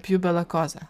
pju bela koza